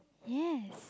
yes